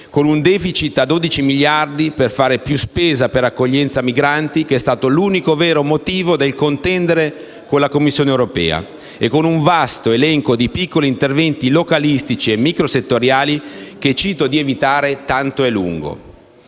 con un *deficit* di 12 miliardi, per fare più spesa per l'accoglienza migranti, che è stato l'unico e vero motivo del contendere con la Commissione europea e con un vasto elenco di piccoli interventi localistici o microsettoriali che evito di citare tanto è lungo.